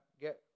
get